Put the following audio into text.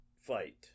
fight